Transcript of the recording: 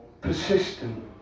persistent